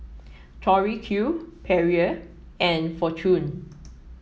Tori Q Perrier and Fortune